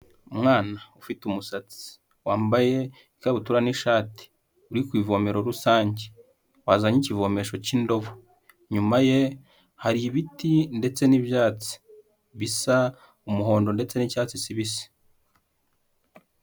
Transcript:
Umwana ufite umusatsi wambaye ikabutura n'ishati, uri ku ivomero rusange wazanye ikivomesho cy'indobo, inyuma ye hari ibiti ndetse n'ibyatsi bisa umuhondo ndetse n'icyatsi kibisi.